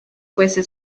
fuese